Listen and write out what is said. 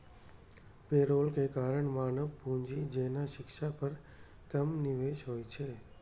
payroll के कारण मानव पूंजी जेना शिक्षा पर कम निवेश होइ छै